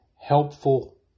helpful